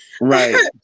Right